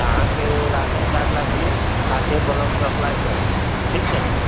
अहाँके ration card लागी आके ब्लॉक मे अप्लाइ करत ठीक छै